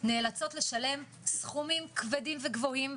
נאלצות לשלם סכומים כבדים וגבוהים,